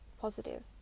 positive